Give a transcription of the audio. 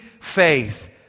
faith